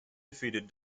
defeated